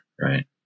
right